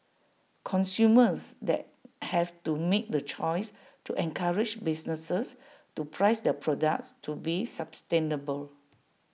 consumers then have to make the choice to encourage businesses to price their products to be sustainable